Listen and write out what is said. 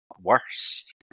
worse